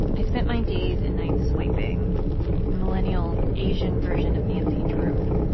i spent my days and nights swiping a millennial asian version of nancy drew